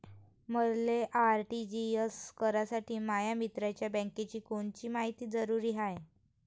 मले आर.टी.जी.एस करासाठी माया मित्राच्या बँकेची कोनची मायती जरुरी हाय?